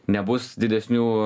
nebus didesnių